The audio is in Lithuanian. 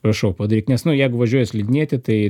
prašau padaryk nes nu jeigu važiuoja slidinėti tai